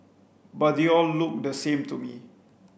but they all looked the same to me